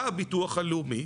בא הביטוח הלאומי